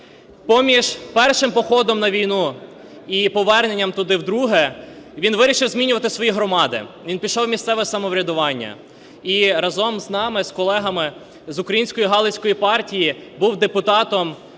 Поміж першим походом на війну і поверненням туди вдруге він вирішив змінювати свої громади, він пішов у місцеве самоврядування. І разом з нами з колегами з Української Галицької Партії був депутатом